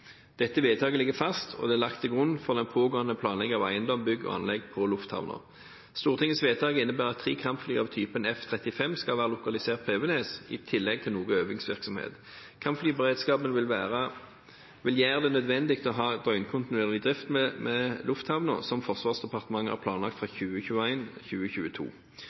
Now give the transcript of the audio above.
Dette vedtaket ligger fast, og det er lagt til grunn for den pågående planleggingen av eiendom, bygg og anlegg på lufthavnen. Stortingets vedtak innebærer at tre kampfly av typen F-35 skal være lokalisert på Evenes, i tillegg til noe øvingsvirksomhet. Kampflyberedskapen vil gjøre det nødvendig å ha døgnkontinuerlig drift ved lufthavnen, som Forsvarsdepartementet har planlagt fra